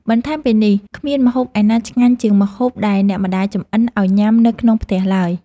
បន្ថែមពីនេះ គ្មានម្ហូបឯណាឆ្ងាញ់ជាងម្ហូបដែលអ្នកម្តាយចម្អិនឱ្យញ៉ាំនៅក្នុងផ្ទះឡើយ។